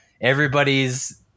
everybody's